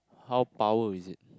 how power is it